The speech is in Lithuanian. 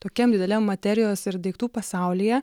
tokiam dideliam materijos ir daiktų pasaulyje